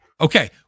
Okay